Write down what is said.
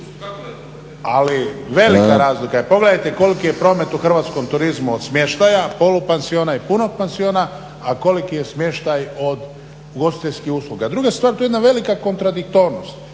Ali velika razlika je. Pogledaj ti koliki je promet u hrvatskom turizmu od smještaja, polupansiona i punog pansiona, a koliki je od ugostiteljskih usluga. Druga stvar, to je jedna velika kontradiktornost.